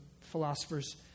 philosophers